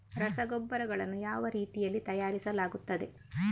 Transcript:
ರಸಗೊಬ್ಬರಗಳನ್ನು ಯಾವ ರೀತಿಯಲ್ಲಿ ತಯಾರಿಸಲಾಗುತ್ತದೆ?